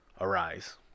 arise